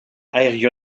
ayr